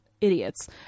idiots